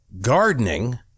gardening